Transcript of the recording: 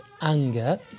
anger